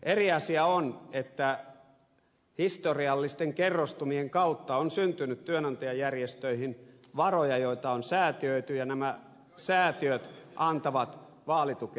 eri asia on että historiallisten kerrostumien kautta on syntynyt työnantajajärjestöihin varoja joita on säätiöity ja nämä säätiöt antavat vaalitukea